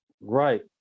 right